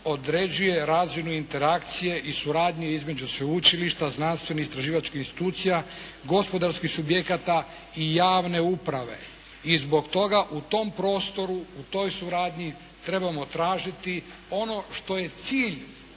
određuje razinu interakcije i suradnje između sveučilišta, znanstvenih istraživačkih institucija, gospodarskih subjekata i javne uprave i zbog toga u tom prostoru, u toj suradnji trebamo tražiti ono što je cilj